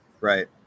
Right